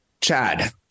Chad